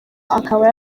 akaba